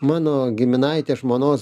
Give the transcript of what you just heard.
mano giminaitė žmonos